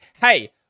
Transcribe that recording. hey